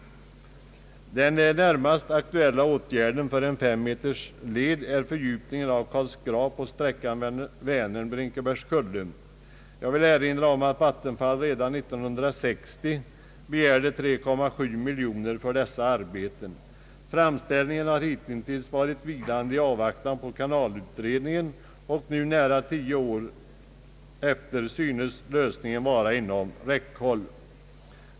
Den närmast aktuella åtgärden för en 5 meter djup led är fördjupningen av Karlsgrav på sträckan Vänern—Brinkebergskulle. Jag vill erinra om att Vattenfall redan år 1960 begärde 3,7 miljoner kronor för dessa arbeten. Framställningen har hittills varit vilande i avvaktan på kanalutredningen, och nu, nära tio år efteråt, synes lösningen vara inom räckhåll.